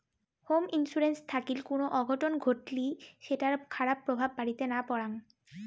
home insurance থাকিল কুনো অঘটন ঘটলি সেটার খারাপ প্রভাব বাড়িতে না পরাং